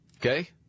Okay